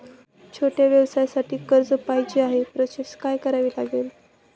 छोट्या व्यवसायासाठी कर्ज पाहिजे आहे प्रोसेस काय करावी लागेल?